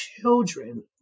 children